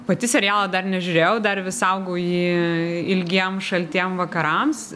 pati serialo dar nežiūrėjau dar vis saugau jį ilgiem šaltiem vakarams